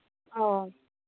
ओ